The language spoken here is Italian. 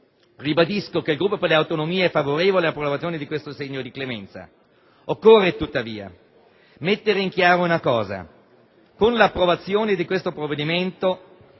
ribadisco che il Gruppo per le Autonomie è favorevole all'approvazione di questo segno di clemenza. Occorre tuttavia mettere in chiaro una cosa: con l'approvazione di questo provvedimento